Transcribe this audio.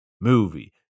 movie